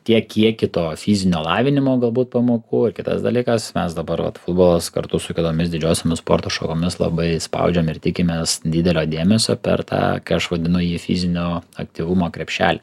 tiek kiekį to fizinio lavinimo galbūt pamokų o kitas dalykas mes dabar vat futbolas kartu su kitomis didžiosiomis sporto šakomis labai spaudžiam ir tikimės didelio dėmesio per tą kai aš vadinu jį fizinio aktyvumo krepšelį